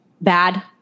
bad